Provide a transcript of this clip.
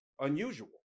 unusual